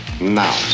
now